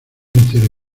entere